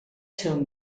seu